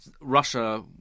Russia